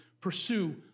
pursue